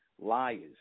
liars